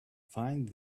find